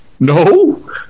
No